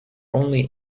only